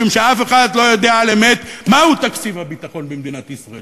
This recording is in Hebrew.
משום שאף אחד לא יודע על-אמת מה הוא תקציב הביטחון במדינת ישראל,